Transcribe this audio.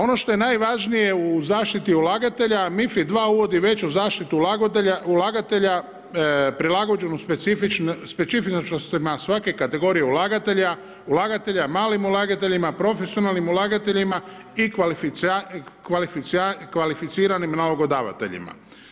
Ono što je najvažnije u zaštiti ulagatelja MiFID2 uvodi veću zaštitu ulagatelja, prilagođenu specifičnosti svake kategorije ulagatelja, ulagatelja, malim ulagateljima, profesionalnim ulagateljima i kvalificiranim nalogadvateljima.